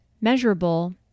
Measurable